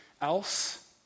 else